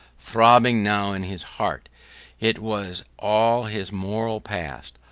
throbbing now in his heart it was all his moral past,